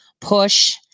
push